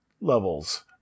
levels